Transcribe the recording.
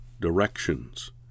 directions